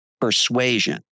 persuasion